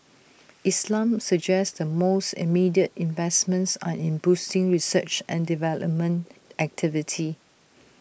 islam suggests the most immediate investments are in boosting research and development activity